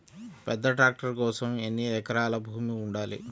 పెద్ద ట్రాక్టర్ కోసం ఎన్ని ఎకరాల భూమి ఉండాలి?